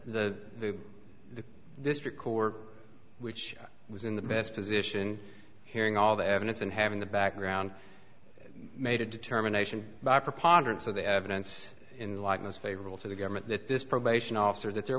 that the district court which was in the best position hearing all the evidence and having the background made a determination by preponderance of the evidence in likeness favorable to the government that this probation officer that there